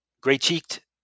gray-cheeked